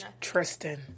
Tristan